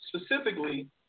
specifically